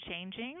changing